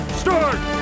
start